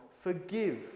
forgive